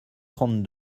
trente